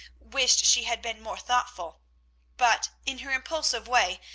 wished she had been more thoughtful but, in her impulsive way,